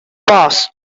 pass